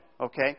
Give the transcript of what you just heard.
Okay